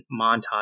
montage